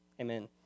Amen